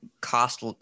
cost